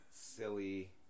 silly